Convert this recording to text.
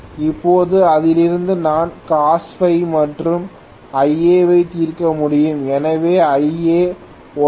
இப்போது இதிலிருந்து நான் cos Φ மற்றும் Ia ஐ தீர்க்க முடியும் எனவே Ia 109